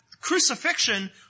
crucifixion